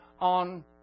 on